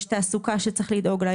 יש תעסוקה שצריך לדאוג לה.